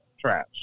trash